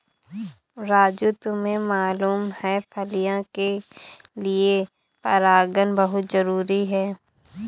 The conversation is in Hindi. राजू तुम्हें मालूम है फलियां के लिए परागन बहुत जरूरी है